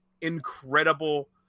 Incredible